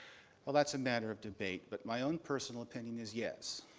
well, that's a matter of debate, but my own personal opinion is yes.